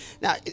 Now